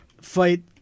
fight